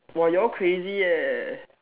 !wah! y'all crazy eh